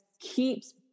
keeps